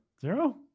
Zero